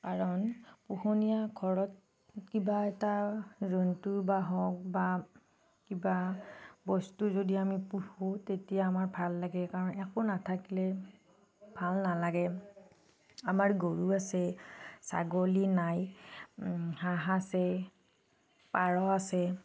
কাৰণ পোহনীয়া ঘৰত কিবা এটা জন্তু বা হওক বা কিবা বস্তু যদি আমি পোহো তেতিয়া আমাৰ ভাল লাগে কাৰণ একো নাথাকিলে ভাল নালাগে আমাৰ গৰু আছে ছাগলী নাই হাঁহ আছে পাৰ আছে